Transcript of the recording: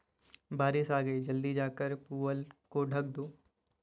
बारिश आ गई जल्दी जाकर पुआल को ढक दो